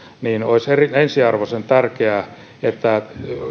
olisi ensiarvoisen tärkeää että